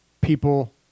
people